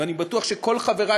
ואני בטוח שכל חברי,